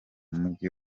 mujyi